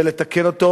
ולתקן אותו,